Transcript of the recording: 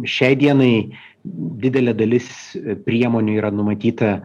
šiai dienai didelė dalis priemonių yra numatyta